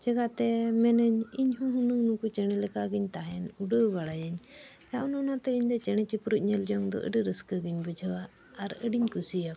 ᱪᱤᱠᱟᱹᱛᱮ ᱢᱮᱱᱟᱹᱧ ᱤᱧᱦᱚᱸ ᱦᱩᱱᱟᱹᱝ ᱱᱩᱠᱩ ᱪᱮᱬᱮ ᱞᱮᱠᱟ ᱜᱤᱧ ᱛᱟᱦᱮᱱ ᱩᱰᱟᱹᱣ ᱵᱟᱲᱟᱭᱟᱹᱧ ᱟᱨ ᱚᱱ ᱚᱱᱟᱛᱮ ᱤᱧᱫᱚ ᱪᱮᱬᱮᱼᱪᱤᱯᱨᱩ ᱧᱮᱞ ᱡᱚᱝ ᱫᱚ ᱟᱹᱰᱤ ᱨᱟᱹᱥᱠᱟᱹ ᱜᱤᱧ ᱵᱩᱡᱷᱟᱹᱣᱟ ᱟᱨ ᱟᱹᱰᱤᱧ ᱠᱩᱥᱤᱭᱟᱠᱚᱣᱟ